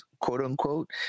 quote-unquote